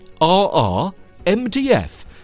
RRMDF